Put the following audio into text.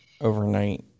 overnight